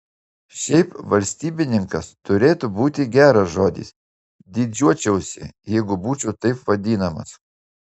šiaip valstybininkas turėtų būti geras žodis didžiuočiausi jeigu būčiau taip vadinamas